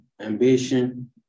ambition